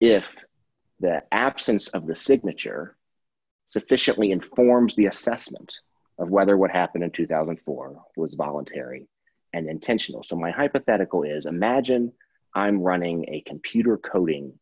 if the absence of the signature sufficiently informs the assessment of whether what happened in two thousand and four was voluntary and intentional so my hypothetical is a magine i'm running a computer coding